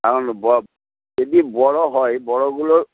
এখন যদি বড় হয় বড়গুলোর